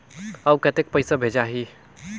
अउ कतेक पइसा भेजाही?